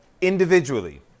Individually